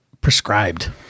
prescribed